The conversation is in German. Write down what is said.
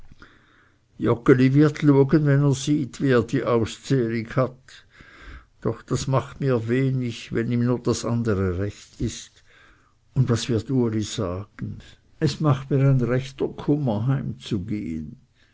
wenn er sieht wie er die auszehrig hat doch das macht mir wenig wenn ihm nur das andere recht ist und was wird uli sagen es macht mir ein rechter kummer heimzugehen